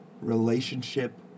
relationship